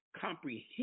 comprehend